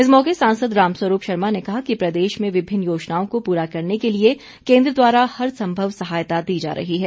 इस मौके सांसद रामस्वरूप शर्मा ने कहा कि प्रदेश में विभिन्न योजनाओं को पूरा करने के लिए केन्द्र द्वारा हर सम्भव सहायता दी जा रही है